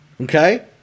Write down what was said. okay